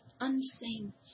unseen